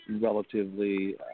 relatively